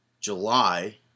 July